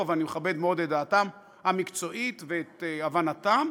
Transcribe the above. ואני מכבד מאוד את דעתם המקצועית ואת הבנתם,